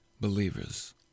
believers